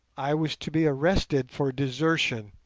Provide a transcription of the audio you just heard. i was to be arrested for desertion,